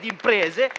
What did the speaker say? imprese